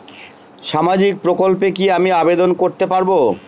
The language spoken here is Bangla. সামাজিক প্রকল্পে কি আমি আবেদন করতে পারবো?